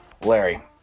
Larry